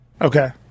Okay